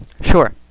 Sure